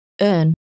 earn